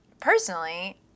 personally